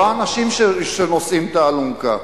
לא האנשים שנושאים את האלונקה.